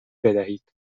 بدهید